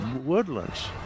woodlands